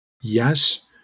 Yes